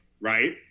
Right